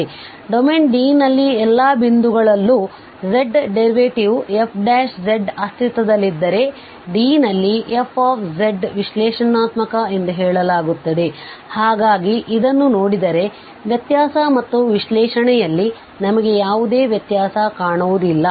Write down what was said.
ಆದ್ದರಿಂದ domain D ನ ಎಲ್ಲಾ ಬಿಂದುಗಳಲ್ಲೂ zಡೆರಿವೇಟಿವ್ fz ಅಸ್ತಿತ್ವದಲ್ಲಿದ್ದರೆD ನಲ್ಲಿ fz ವಿಶ್ಲೇಷಣಾತ್ಮಕ ಎಂದು ಹೇಳಲಾಗುತ್ತದೆ ಹಾಗಾಗಿ ಈಗ ಇದನ್ನು ನೋಡಿದರೆ ವ್ಯತ್ಯಾಸ ಮತ್ತು ವಿಶ್ಲೇಷಣೆಯಲ್ಲಿ ನಮಗೆ ಯಾವುದೇ ವ್ಯತ್ಯಾಸ ಕಾಣುವುದಿಲ್ಲ